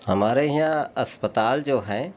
हमारे यहाँ अस्पताल जो हैं